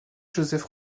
josèphe